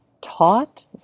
taught